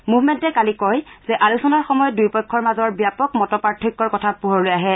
মুৰ্ভমেণ্টে কালি কয় যে আলোচনাৰ সময়ত দুয়োপক্ষৰ মাজৰ ব্যাপক মত পাৰ্থক্যৰ কথা পোহৰলৈ আহে